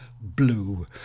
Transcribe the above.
blue